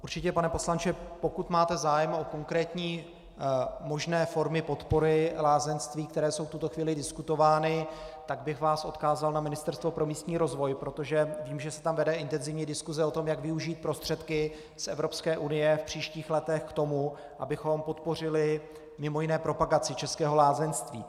Určitě, pane poslanče, pokud máte zájem o konkrétní možné formy podpory lázeňství, které jsou v tuto chvíli diskutovány, tak bych vás odkázal na Ministerstvo pro místní rozvoj, protože vím, že se tam vede intenzivní diskuse o tom, jak využít prostředky z Evropské unie v příštích letech k tomu, abychom podpořili mj. propagaci českého lázeňství.